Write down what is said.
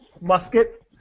Musket